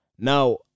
Now